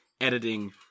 editing